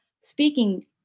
speaking